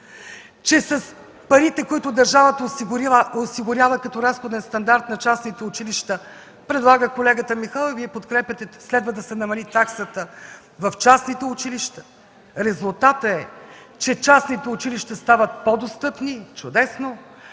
че с парите, които държавата осигурява като разходен стандарт на частните училища, предлага колегата, следва да се намали таксата в частните училища. Резултатът е, че частните училища стават по-достъпни – чудесно,